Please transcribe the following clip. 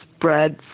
breads